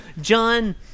John